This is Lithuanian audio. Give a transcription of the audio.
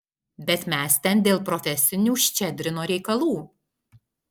bet mes ten dėl profesinių ščedrino reikalų